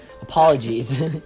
apologies